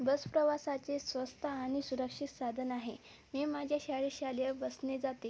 बस प्रवासाचे स्वस्त आणि सुरक्षित साधन आहे मी माझ्या शाळेत शालेय बसने जाते